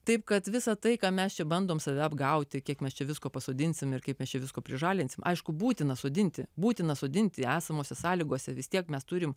taip kad visa tai ką mes bandom save apgauti kiek mes čia visko pasodinsim ir kaip aš visko prižadinsim aišku būtina sodinti būtina sodinti esamose sąlygose vis tiek mes turim